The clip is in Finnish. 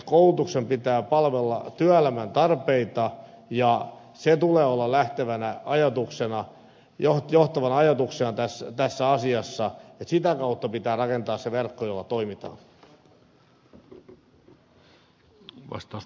koulutuksen pitää palvella työelämän tarpeita ja sen tulee olla johtavana ajatuksena tässä asiassa että sitä kautta pitää rakentaa se verkko jolla toimitaan